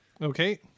Okay